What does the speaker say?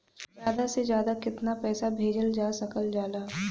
ज्यादा से ज्यादा केताना पैसा भेजल जा सकल जाला?